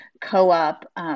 co-op